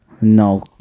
No